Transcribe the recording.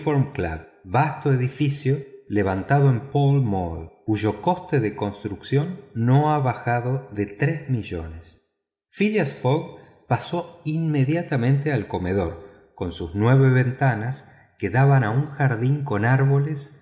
vasto edificio levantado en pall mall cuyo coste de construcción no ha bajado de tres millones phileas fogg pasó inmediatamente al comedor con sus nueve ventanas que daban a un jardín con árboles